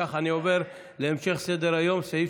אי לכך, אני עובר להמשך סדר-היום, סעיף